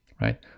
right